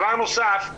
דבר נוסף,